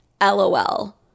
LOL